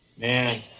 Man